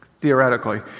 theoretically